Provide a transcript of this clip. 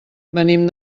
venim